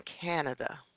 Canada